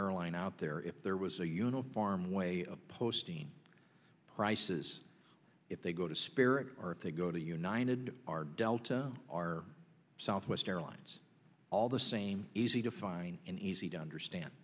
airline out there if there was a uniform way of posting prices if they go to spirit or they go to united are delta are southwest airlines all the same easy to find and easy to understand